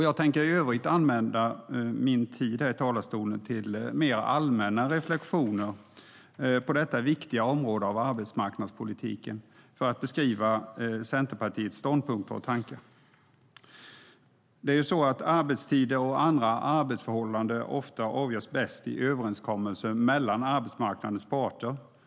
Jag tänker i övrigt använda min tid här i talarstolen till en del mer allmänna reflexioner på detta viktiga område av arbetsmarknadspolitiken för att beskriva Centerpartiets ståndpunkter och tankar. Det är ju så att arbetstider och andra arbetsförhållanden oftast avgörs bäst i överenskommelser mellan arbetsmarknadens parter.